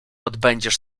odbędziesz